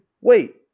wait